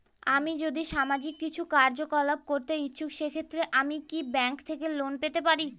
আমি যদি সামাজিক কিছু কার্যকলাপ করতে ইচ্ছুক সেক্ষেত্রে আমি কি ব্যাংক থেকে লোন পেতে পারি?